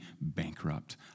bankrupt